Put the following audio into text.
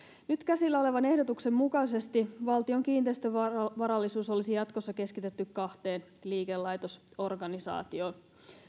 nyt käsillä olevan ehdotuksen mukaisesti valtion kiinteistövarallisuus olisi jatkossa keskitetty kahteen liikelaitosorganisaatioon